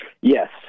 Yes